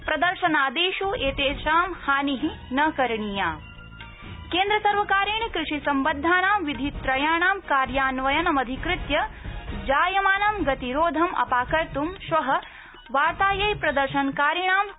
प्रदर्शनादिष् एतेषां हानि केन्द्रसर्वकारेण कृषि सम्बद्धानां विधित्रयाणां कार्यान्वयनमधिकृत्य जायमानं गतिरोधम् अपाकर्त्म् श्ववार्तायै प्रदर्शनकारीणां कृतम्